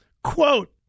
Quote